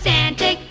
Santa